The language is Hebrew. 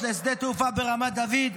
בהקמה של שדה התעופה הבא של מדינת ישראל.